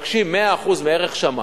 שמבקשים 100% ערך שמאי,